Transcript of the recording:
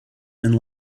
and